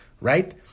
right